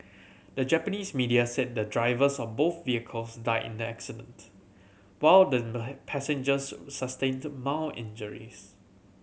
the Japanese media said the drivers of both vehicles died in the accident while the passengers sustained mild injuries